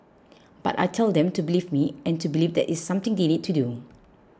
but I tell them to believe me and to believe that it's something they need to do